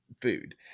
food